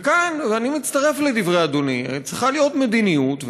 ואני מצטרף לדברי אדוני: צריכה להיות מדיניות,